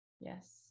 Yes